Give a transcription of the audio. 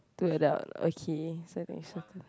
two adult okay so I think so